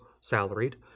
salaried